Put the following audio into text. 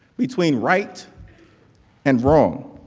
between right and wrong.